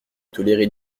tolérer